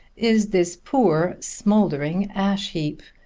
is this poor smoldering ash-heap.